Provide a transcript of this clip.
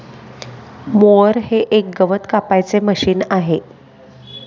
mower हे एक गवत कापायचे मशीन आहे